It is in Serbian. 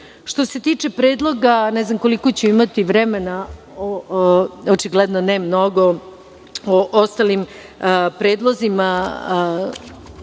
se tiče predloga, ne znam koliko ću imati vremena, očigledno ne mnogo, o ostalim predlozima